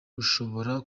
ushobora